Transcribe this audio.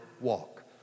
walk